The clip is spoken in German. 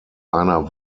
einer